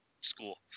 school